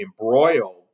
embroiled